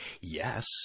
Yes